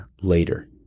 later